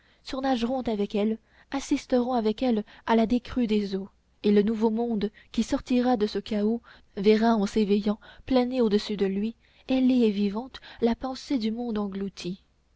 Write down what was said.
surnageront avec elle assisteront avec elle à la décrue des eaux et le nouveau monde qui sortira de ce chaos verra en s'éveillant planer au-dessus de lui ailée et vivante la pensée du monde englouti